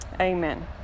Amen